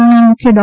ઓના મુખ્ય ડૉ